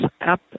up